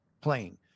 playing